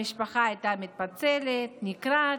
המשפחה הייתה מתפצלת, נקרעת,